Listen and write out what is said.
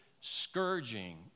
scourging